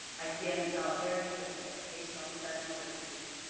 i stand in solidarity with the educational professionals of vue.